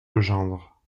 legendre